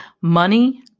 money